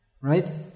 Right